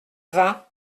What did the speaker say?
vingt